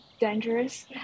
dangerous